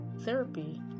therapy